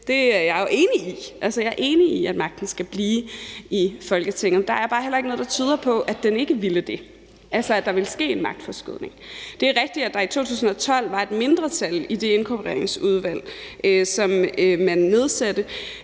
Det er jeg jo enig i, altså jeg er enig i, at magten skal blive i Folketinget, men der er bare heller ikke noget, der tyder på, at den ikke ville det, altså at der ville ske en magtforskydning. Det er rigtigt, at der i 2012 var et mindretal i det inkorporeringsudvalg, som man nedsatte.